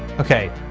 ok.